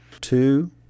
Two